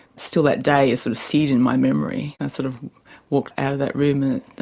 still that day is sort of seared in my memory. i sort of walked out of that room, and it,